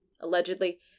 allegedly